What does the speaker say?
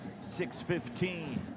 6.15